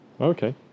Okay